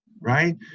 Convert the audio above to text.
right